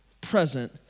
present